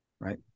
right